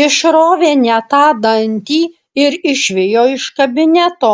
išrovė ne tą dantį ir išvijo iš kabineto